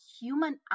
human